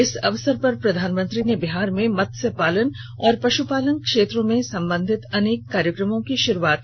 इस अवसर पर प्रधानमंत्री ने बिहार में मत्स्य पालन और पशुपालन क्षेत्रों से संबंधित अनेक कार्यक्रमों की शुरूआत की